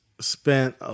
spent